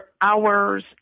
hours